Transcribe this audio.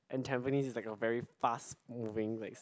and Tampines is like a very fast moving like